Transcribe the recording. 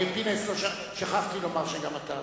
פינס, שכחתי לומר שגם אתה.